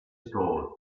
stored